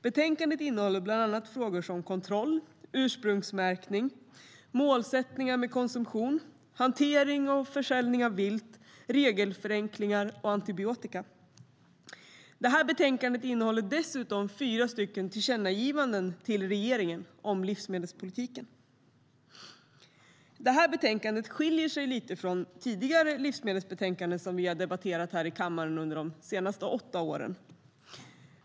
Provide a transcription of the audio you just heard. Betänkandet innehåller bland annat frågor om kontroll, ursprungsmärkning, målsättningar med konsumtion, hantering och försäljning av vilt, regelförenklingar och antibiotika. Betänkande innehåller dessutom fyra tillkännagivanden till regeringen om livsmedelspolitiken. Betänkandet skiljer sig lite från tidigare livsmedelsbetänkanden vi har debatterat i kammaren de senaste åtta åren.